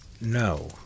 No